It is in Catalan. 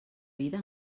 vida